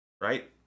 Right